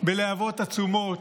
בלהבות עצומות.